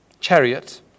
Chariot